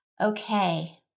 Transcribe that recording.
Okay